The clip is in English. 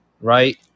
right